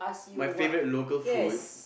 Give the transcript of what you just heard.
my favorite local food